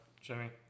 Jimmy